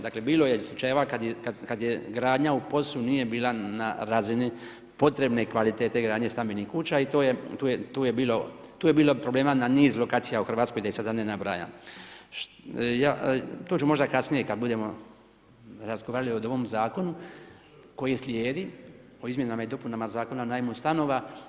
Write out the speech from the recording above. Dakle, bilo je slučajeva kad gradnja u POS-u nije bila na razini potrebne kvalitete gradnje stambenih kuća i tu je bilo problema na niz lokacija u Hrvatskoj, da ih sada ne nabrajam, to ću možda kasnije budemo razgovarali o novom zakonu koji slijedi, o izmjenama i dopunama Zakona o najmu stanova.